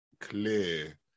clear